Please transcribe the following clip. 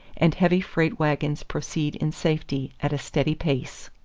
and heavy freight wagons proceed in safety at a steady pace.